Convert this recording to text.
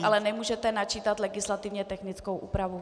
Ale nemůžete načítat legislativně technickou úpravu.